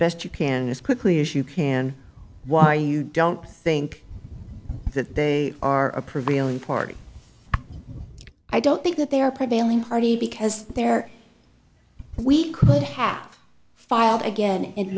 best you can as quickly as you can why you don't think that they are a prevailing party i don't think that they are prevailing party because there we could have filed again in